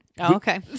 Okay